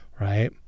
right